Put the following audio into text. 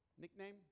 Nickname